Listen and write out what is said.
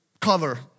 cover